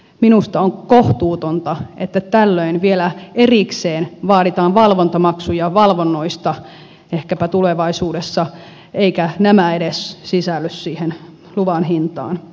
minusta on kohtuutonta että tällöin vielä erikseen vaaditaan valvontamaksuja valvonnoista ehkäpä tulevaisuudessa eivätkä nämä edes sisälly siihen luvan hintaan